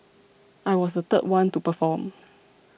I was the third one to perform